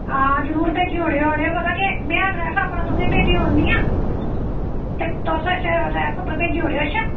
आं जरूर भेजी ओड़ेओ आं पता केह् में एड्रैस तुसेंगी अपना भेजी ओड़ने आं ते तुस इस्सै एड्रैस उप्पर भेजी ओड़ेओ अच्छा